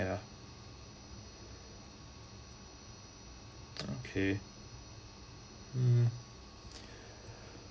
ya okay mm